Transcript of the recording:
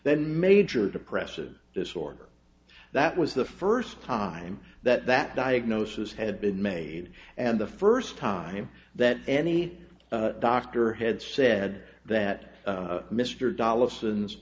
then major depressive disorder that was the first time that that diagnosis had been made and the first time that any doctor had said that mr dalla